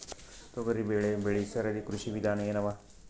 ತೊಗರಿಬೇಳೆ ಬೆಳಿ ಸರದಿ ಕೃಷಿ ವಿಧಾನ ಎನವ?